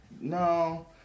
No